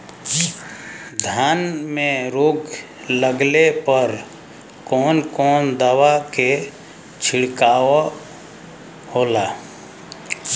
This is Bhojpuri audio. धान में रोग लगले पर कवन कवन दवा के छिड़काव होला?